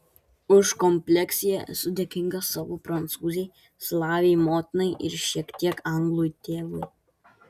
už kompleksiją esu dėkingas savo prancūzei slavei motinai ir šiek tiek anglui tėvui